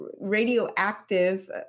radioactive